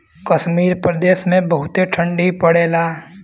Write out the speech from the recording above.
कश्मीर प्रदेस मे बहुते ठंडी पड़ेला